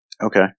Okay